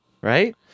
Right